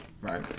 Right